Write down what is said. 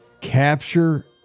Capture